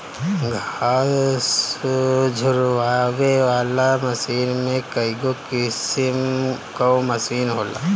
घास झुरवावे वाला मशीन में कईगो किसिम कअ मशीन होला